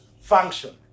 function